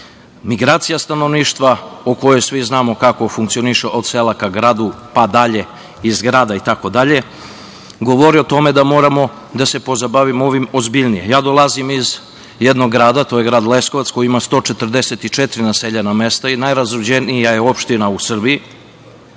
nestala. Migracija stanovništva, o kojoj svi znamo kako funkcioniše, od sela ka gradu, pa dalje iz grada i tako dalje, govori o tome da moramo da se pozabavimo ovim ozbiljnije. Ja dolazim iz jednog grada, to je grad Leskovac, koji ima 144 naseljena mesta i najrazuđenija je opština u Srbiji.